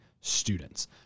students